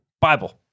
Bible